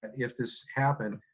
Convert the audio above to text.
if this happened,